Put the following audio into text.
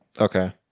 Okay